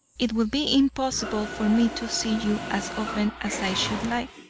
it will be impossible for me to see you as often as i should like,